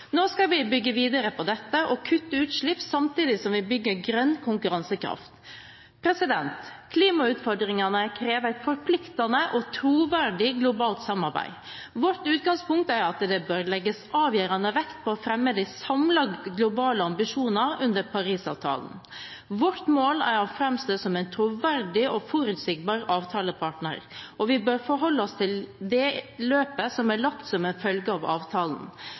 Nå skal vi bygge videre på dette og kutte utslipp samtidig som vi bygger grønn konkurransekraft. Klimautfordringene krever et forpliktende og troverdig globalt samarbeid. Vårt utgangspunkt er at det bør legges avgjørende vekt på å fremme de samlede globale ambisjonene under Paris-avtalen. Vårt mål er å framstå som en troverdig og forutsigbar avtalepartner, og vi bør forholde oss til det løpet som er lagt som en følge av avtalen.